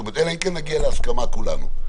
אלא אם כן נגיע להסכמה כולנו.